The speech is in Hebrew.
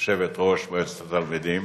יושבת-ראש מועצת התלמידים,